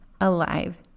alive